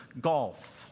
Golf